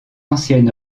ancien